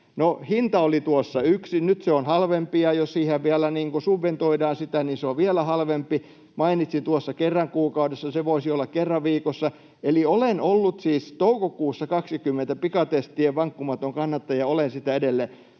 hinta oli tuossa yksi. Nyt se on halvempi, ja jos vielä subventoidaan sitä, niin se on vielä halvempi. Mainitsin tuossa ”kerran kuukaudessa”. Se voisi olla kerran viikossa. Olen ollut siis toukokuussa 20 pikatestien vankkumaton kannattaja ja olen sitä edelleen.